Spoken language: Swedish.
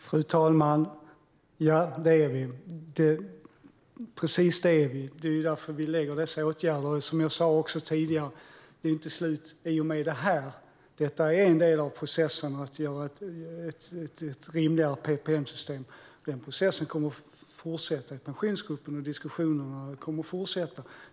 Fru talman! Ja, det är vi. Det är just därför vi lägger fram förslag om dessa åtgärder. Som jag sa tidigare är detta en del av processen att göra ett rimligare PPM-system. Denna process kommer att fortsätta. Diskussionerna i Pensionsgruppen kommer att fortsätta.